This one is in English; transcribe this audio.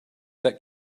that